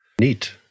Neat